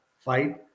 fight